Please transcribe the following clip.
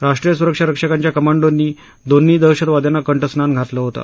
राष्ट्रीय सुरक्षा रक्षकांच्या कमांडोंनी दोन्ही दहशतवाद्यांना कंठस्नान घातलं होतं